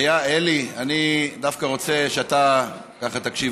אלי, אני דווקא רוצה שאתה תקשיב.